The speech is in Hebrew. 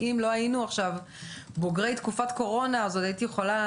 אם לא היינו עכשיו בוגרי תקופת קורונה אז עוד הייתי יכולה